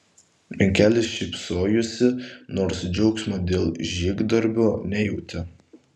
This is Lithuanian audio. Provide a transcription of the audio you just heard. jankelis šypsojosi nors džiaugsmo dėl žygdarbio nejautė